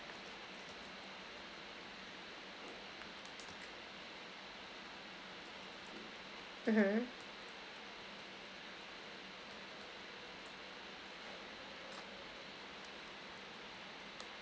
mmhmm